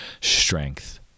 strength